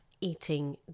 eating